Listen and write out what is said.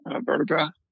vertebra